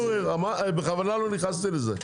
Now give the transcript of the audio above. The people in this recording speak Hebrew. פורר, בכוונה לא נכנסתי לזה.